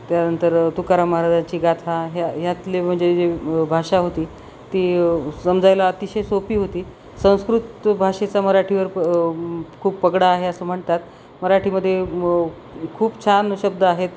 त्यानंतर तुकाराम महाराजाची गाथा ह्या हतले म्हणजे जे भाषा होती ती समजायला अतिशय सोपी होती संस्कृत भाषेचा मराठीवर खूप पगडा आहे असं म्हणतात मराठीमध्ये खूप छान शब्द आहेत